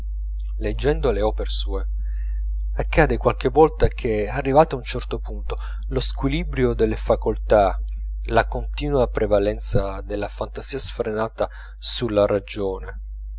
leggendo le opere sue accade qualche volta che arrivati a un certo punto lo squilibrio delle facoltà la continua prevalenza della fantasia sfrenata sulla ragione